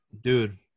dude